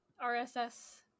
rss